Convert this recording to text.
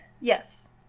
Yes